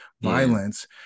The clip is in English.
Violence